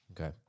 Okay